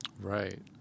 Right